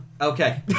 Okay